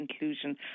inclusion